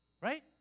right